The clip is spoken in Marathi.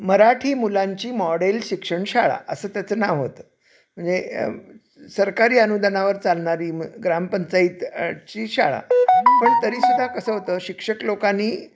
मराठी मुलांची मॉडेल शिक्षण शाळा असं त्याचं नाव होतं म्हणजे सरकारी अनुदनावर चालणारी मग ग्रामपंचायतची शाळा पण तरी सुद्धा कसं होतं शिक्षक लोकांनी